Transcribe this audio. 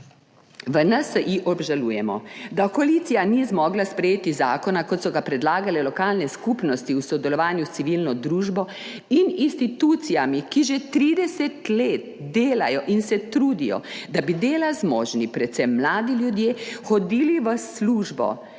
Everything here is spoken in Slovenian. V NSi obžalujemo, da koalicija ni zmogla sprejeti zakona, kot so ga predlagale lokalne skupnosti v sodelovanju s civilno družbo in institucijami, ki že 30 let delajo in se trudijo, da bi dela zmožni, predvsem mladi ljudje, hodili v službo,